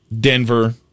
Denver